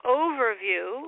overview